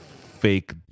fake